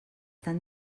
tan